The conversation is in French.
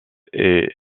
est